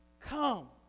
come